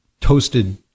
toasted